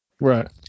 Right